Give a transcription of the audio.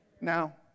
now